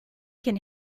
can